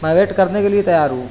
میں ویٹ کرنے کے لیے تیار ہوں